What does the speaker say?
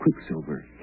Quicksilver